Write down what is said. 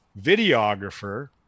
videographer